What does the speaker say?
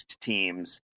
teams